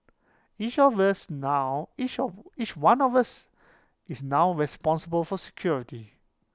each of us now is A is one of us is now responsible for security